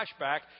flashback